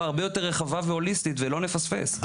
הרבה יותר רחבה והוליסטית ולא נפספס.